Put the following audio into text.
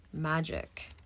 Magic